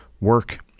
work